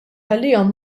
għalihom